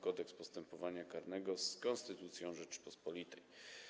Kodeks postępowania karnego z konstytucją Rzeczypospolitej.